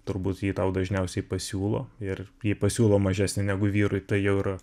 turbūt jį tau dažniausiai pasiūlo ir jei pasiūlo mažesnį negu vyrui tai jau yra